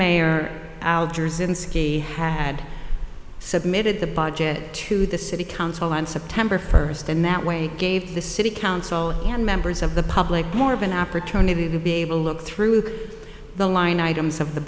skee had submitted the budget to the city council on september first and that way gave the city council and members of the public more of an opportunity to be able to look through the line items of the